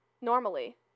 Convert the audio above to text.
Normally